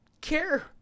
care